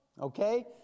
Okay